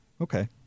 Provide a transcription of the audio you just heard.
Okay